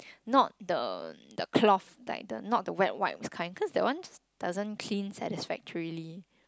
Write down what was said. not the the cloth like the not the wet wipes kind cause that one doesn't clean satisfactorily